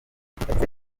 yagize